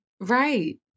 Right